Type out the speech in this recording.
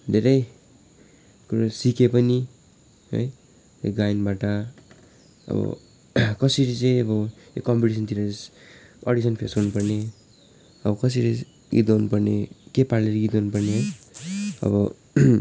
धेरै कुरो सिकेँ पनि है यो गायनबाट अब कसरी चाहिँ अब यो कम्पिटिसनतिर अडिसन फेस गर्नुपर्ने अब कसरी गीत गाउनुपर्ने के पाराले गीत गाउनुपर्ने अब